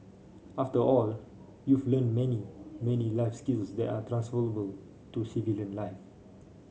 after all you've learnt many many life skills that are transferable to civilian life